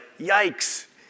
Yikes